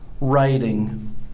writing